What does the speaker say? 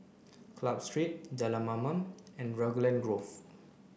Club Street Jalan Mamam and Raglan Grove